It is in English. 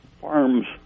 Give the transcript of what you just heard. farms